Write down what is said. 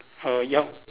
err yup